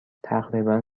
تقریبا